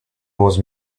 was